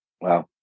Wow